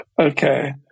Okay